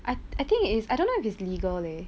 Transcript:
I I think it is I don't know if it's legal leh